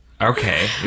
Okay